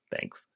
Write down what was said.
thanks